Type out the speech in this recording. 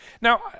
Now